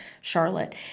Charlotte